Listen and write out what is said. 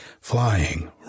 flying